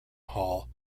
hall